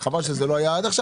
שיש שינוי.